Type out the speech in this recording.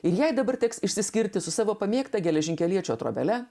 jai dabar teks išsiskirti su savo pamėgtą geležinkeliečio trobele